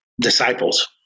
disciples